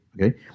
Okay